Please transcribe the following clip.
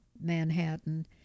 Manhattan